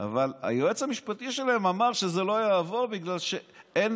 אבל היועץ המשפטי שלהם אמר שזה לא יעבור בגלל שאין